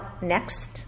next